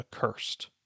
accursed